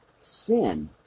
sin